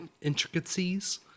intricacies